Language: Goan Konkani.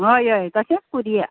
हय हय तशेंच करुया